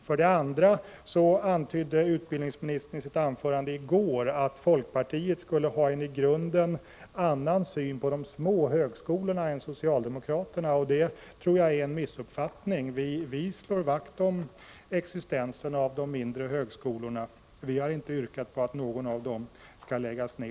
För det andra antydde utbildningsministern i sitt anförande i går att folkpartiet skulle ha en i grunden annan syn på de små högskolorna än socialdemokraterna. Det tror jag är en missuppfattning. Vi slår vakt om existensen av de mindre högskolorna. Vi har inte yrkat på att någon av dem skall läggas ned.